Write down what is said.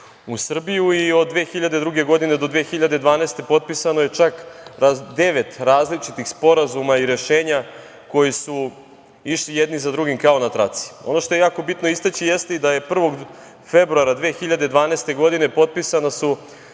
u Srbiju i od 2002. do 2012. potpisano je čak devet različitih sporazuma i rešenja koji su išli jedni za drugim, kao na traci. Ono što je jako bitno istaći jeste da su 1. februara 2012. godine, potpisana